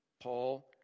Paul